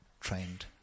trained